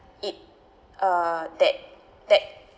it uh that that